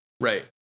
right